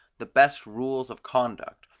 the best rules of conduct,